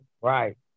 Right